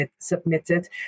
submitted